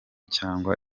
cyangwa